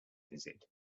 visit